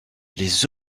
les